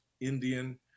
Indian